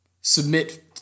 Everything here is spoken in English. submit